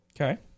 Okay